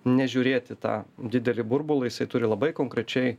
nežiūrėt į tą didelį burbulą jisai turi labai konkrečiai